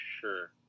sure